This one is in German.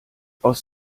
aus